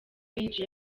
page